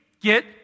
get